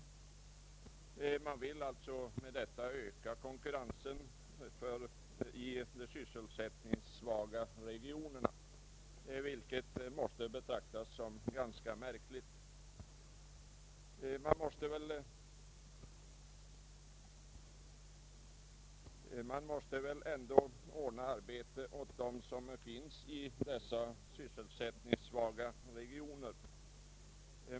Därmed vill man öka konkurrensen i de sysselsättningssvaga regionerna, vilket måste betraktas som ganska märkligt — man måste väl ändå ordna arbete åt dem som bor i dessa sysselsättningssvaga regioner.